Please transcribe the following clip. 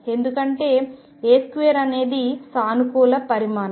ఎందుకంటే a2 అనేది సానుకూల పరిమాణం